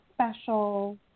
special